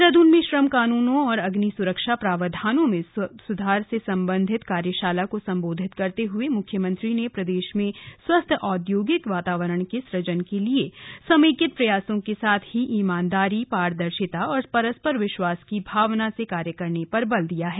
देहरादून में श्रम कानूनों और अग्नि सुरक्षा प्रावधानों में सुधार से सम्बन्धित कार्यशाला को सम्बोधित करते हुए मुख्यमंत्री ने प्रदेश में स्वस्थ औद्योगिक वातावरण के सुजन के लिए समेकित प्रयासों के साथ ही ईमानदारी पारदर्शिता और परस्पर विश्वास की भावना से कार्य करने पर बल दिया है